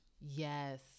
Yes